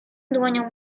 dłonią